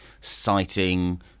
citing